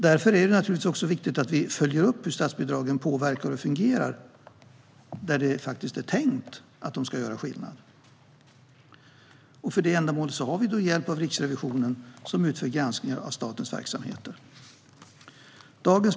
Därför är det naturligtvis också viktigt att vi följer upp hur statsbidragen påverkar och fungerar där det är tänkt att de ska göra skillnad. För detta ändamål har vi hjälp av Riksrevisionen, som utför granskningar av statens verksamheter.